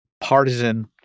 partisan